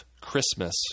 Christmas